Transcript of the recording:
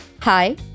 Hi